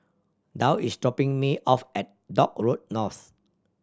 Dow is dropping me off at Dock Road North